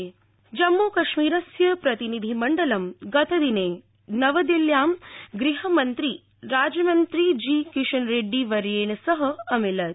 किशन रेड्डी जम्मुकश्मीरस्य प्रतिनिधिमण्डलम गतदिने नवदिल्ल्यां गृहमंत्री राज्यमंत्री जी किशन रेड़डी वर्येण सह अमिलित